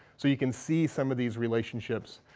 so you can see some of these relationships,